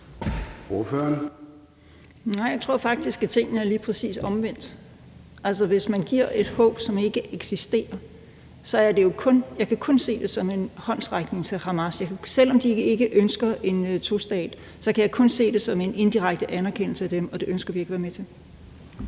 (KF): Nej, jeg tror faktisk, at tingene er lige præcis omvendt. Altså, hvis man giver nogen et håb, som ikke eksisterer, kan jeg kun se det som en håndsrækning til Hamas. Selv om de ikke ønsker en tostatsløsning, kan jeg kun se det som en indirekte anerkendelse af dem, og det ønsker vi ikke at være med til.